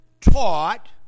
taught